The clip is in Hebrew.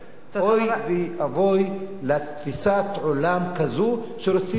אוי ואבוי לתפיסת עולם כזו שרוצים לבחור